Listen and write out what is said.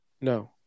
No